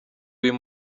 uyu